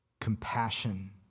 compassion